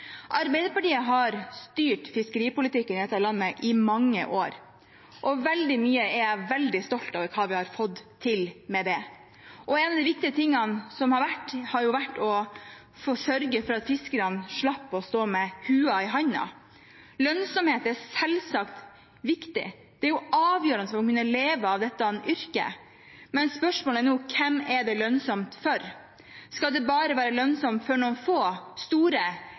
Arbeiderpartiet har styrt fiskeripolitikken i dette landet i mange år. Jeg er stolt over veldig mye av det hva vi har fått til. En av de viktige tingene har vært å sørge for at fiskerne slipper å stå med lua i hånda. Lønnsomhet er selvsagt viktig, det er avgjørende for å kunne leve av dette yrket, men spørsmålet er nå: Hvem er det lønnsomt for? Skal det bare være lønnsomt for noen få store,